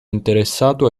interessato